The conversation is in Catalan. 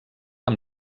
amb